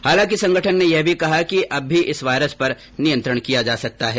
हालांकि संगठन ने यह भी कहा कि अब भी इस वायरस पर नियंत्रण किया जा सकता है